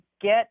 get